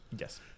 Yes